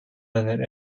deinen